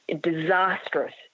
disastrous